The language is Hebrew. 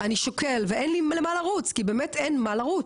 אני שוקל ואין לי למה לרוץ, כי באמת אין מה לרוץ.